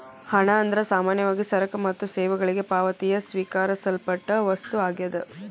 ಹಣ ಅಂದ್ರ ಸಾಮಾನ್ಯವಾಗಿ ಸರಕ ಮತ್ತ ಸೇವೆಗಳಿಗೆ ಪಾವತಿಯಾಗಿ ಸ್ವೇಕರಿಸಲ್ಪಟ್ಟ ವಸ್ತು ಆಗ್ಯಾದ